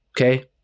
Okay